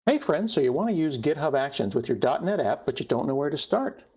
hey, friends, so you want to use github actions with your dot net app, but you don't know where to start,